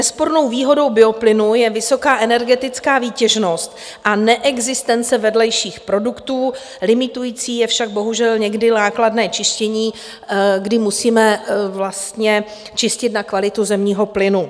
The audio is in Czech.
Nespornou výhodou bioplynu je vysoká energetická výtěžnost a neexistence vedlejších produktů, limitující je však bohužel někdy nákladné čištění, kdy musíme vlastně čistit na kvalitu zemního plynu.